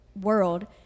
world